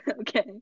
okay